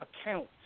account